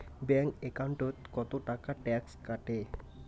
Bank একাউন্টত কতো টাকা ট্যাক্স কাটে?